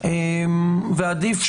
שנכון להקריא